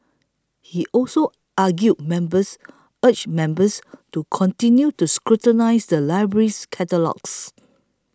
he also argue members urged members to continue to scrutinise the library's catalogues